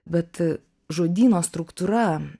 bet žodyno struktūra